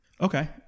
Okay